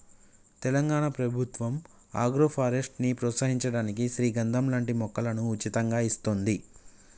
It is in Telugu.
తెలంగాణ ప్రభుత్వం ఆగ్రోఫారెస్ట్ ని ప్రోత్సహించడానికి శ్రీగంధం లాంటి మొక్కలను ఉచితంగా ఇస్తోంది